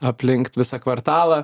aplink visą kvartalą